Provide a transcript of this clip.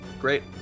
great